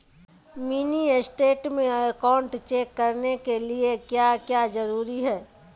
Mini state में account check करने के लिए क्या क्या जरूरी है?